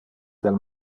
del